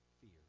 fear